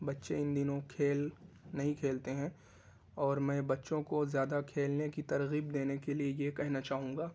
بچّے ان دنوں کھیل نہیں کھیلتے ہیں اور میں بچّوں کو زیادہ کھیلنے کی ترغیب دینے کے لیے یہ کہنا چاہوں گا